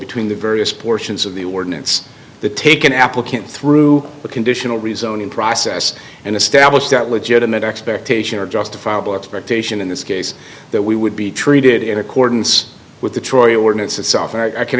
between the various portions of the ordinance the take an applicant through a conditional rezoning process and establish that legitimate expectation or justifiable expectation in this case that we would be treated in accordance with the troy ordinance itself and i can